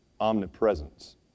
omnipresence